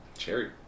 Cherry